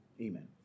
Amen